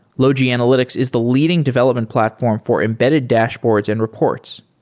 logi analytics is the leading development platform for embedded dashboards and reports,